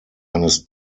eines